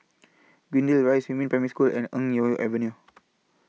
Greendale Rise Yumin Primary School and Eng Neo Avenue